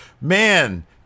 Man